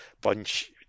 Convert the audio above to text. bunch